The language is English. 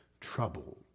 troubled